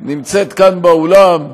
נמצאת כאן, באולם,